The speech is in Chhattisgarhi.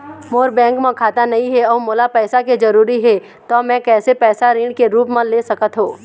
मोर बैंक म खाता नई हे अउ मोला पैसा के जरूरी हे त मे कैसे पैसा ऋण के रूप म ले सकत हो?